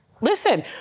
Listen